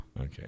Okay